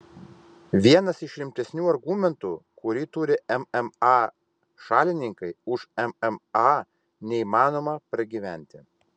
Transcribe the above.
vienas iš rimtesnių argumentų kurį turi mma šalininkai už mma neįmanoma pragyventi